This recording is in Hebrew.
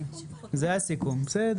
זה הסיכום פחות או יותר.